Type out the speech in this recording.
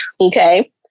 Okay